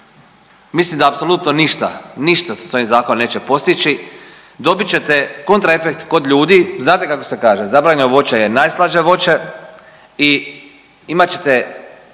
Mislim da apsolutno ništa, ništa se s ovim Zakonom neće postići, dobit ćete kontraefekt kod ljudi, znate kako se kaže, zabranjeno voće je najslađe voće i imat ćete